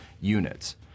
units